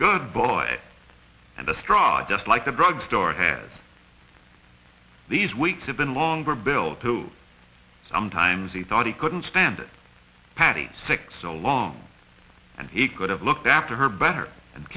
good boy and the straw just like the drugstore have these weeks have been longer bill too sometimes he thought he couldn't stand it patty sick so long and he could have looked after her better and